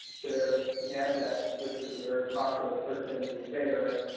thereis yandex, which is a very popular search engine there.